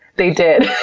they did